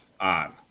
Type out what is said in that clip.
on